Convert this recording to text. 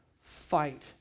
fight